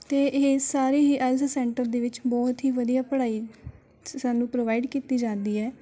ਅਤੇ ਇਹ ਸਾਰੇ ਹੀ ਆਈਲੈਸ ਸੈਂਟਰ ਦੇ ਵਿੱਚ ਬਹੁਤ ਹੀ ਵਧੀਆ ਪੜ੍ਹਾਈ ਸ ਸਾਨੂੰ ਪ੍ਰੋਵਾਈਡ ਕੀਤੀ ਜਾਂਦੀ ਹੈ